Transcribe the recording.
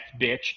bitch